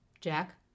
Jack